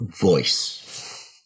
Voice